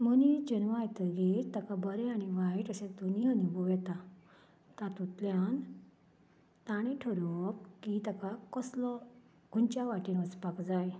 मनीस जल्माक येतगीर ताका बरें आनी वायट अशें दोनी अणभव येता तातुंल्यान ताणें थारावप की ताका कसलो खंयच्या वाटेन वचपाक जाय